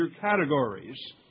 categories